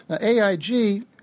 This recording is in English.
AIG